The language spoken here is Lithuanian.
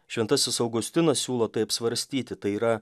šventasis augustinas siūlo tai apsvarstyti tai yra